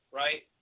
right